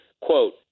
quote